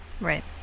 right